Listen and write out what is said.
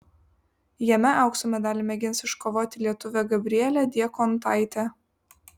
jame aukso medalį mėgins iškovoti lietuvė gabrielė diekontaitė